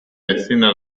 escena